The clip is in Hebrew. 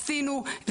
עשינו,